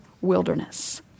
wilderness